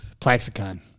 Plaxicon